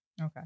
Okay